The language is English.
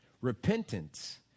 Repentance